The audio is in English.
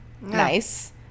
nice